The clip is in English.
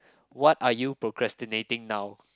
what are you procrastinating now